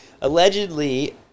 allegedly